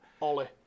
Ollie